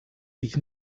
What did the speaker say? sich